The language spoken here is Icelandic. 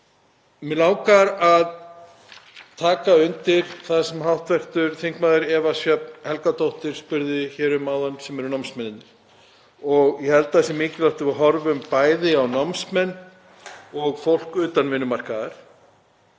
Mig langar að taka undir það sem hv. þm. Eva Sjöfn Helgadóttir spurði um áðan sem eru námsmennirnir. Ég held að það sé mikilvægt að við horfum bæði á námsmenn og fólk utan vinnumarkaðar.